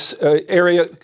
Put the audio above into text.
area